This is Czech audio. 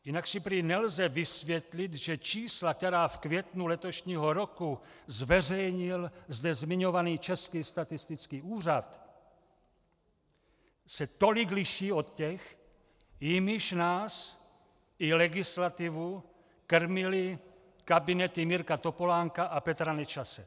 Jinak si prý nelze vysvětlit, že čísla, která v květnu letošního roku zveřejnil zde zmiňovaný Český statistický úřad, se tolik liší od těch, jimiž nás i legislativu krmily kabinety Mirka Topolánka a Petra Nečase.